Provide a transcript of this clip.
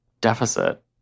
deficit